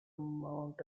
mount